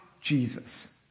Jesus